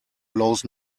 blows